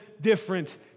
different